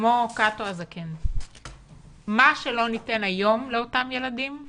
כמו קאטו הזקן, מה שלא ניתן היום לאותם ילדים,